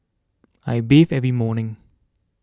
I bathe every morning